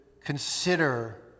consider